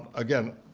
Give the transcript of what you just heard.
again,